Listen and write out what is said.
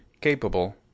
Capable